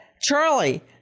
Charlie